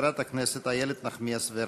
חברת הכנסת איילת נחמיאס ורבין.